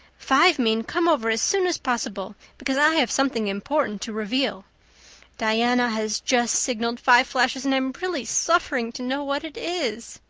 five mean, come over as soon as possible, because i have something important to reveal diana has just signaled five flashes, and i'm really suffering to know what it is.